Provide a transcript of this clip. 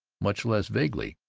much less vaguely.